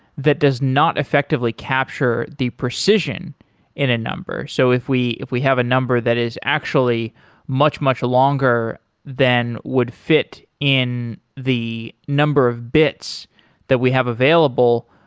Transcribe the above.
that does not effectively capture the precision in a number. so if we if we have a number that is actually much, much longer than would fit in the number of bits that we have available,